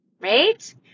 Right